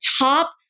top